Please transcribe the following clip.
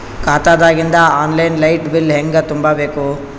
ಖಾತಾದಾಗಿಂದ online light bill ಹೇಂಗ ತುಂಬಾ ಬೇಕು?